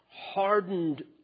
hardened